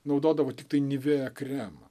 naudodavo tiktai nivea kremą